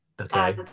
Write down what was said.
Okay